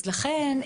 אז לכן,